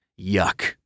Yuck